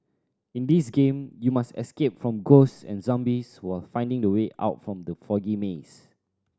in this game you must escape from ghosts and zombies while finding the way out from the foggy maze